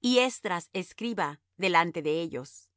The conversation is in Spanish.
y esdras escriba delante de ellos